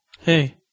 hey